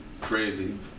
crazy